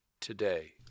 today